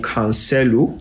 Cancelo